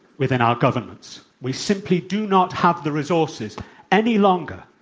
within our governments. we simply do not have the resources any longer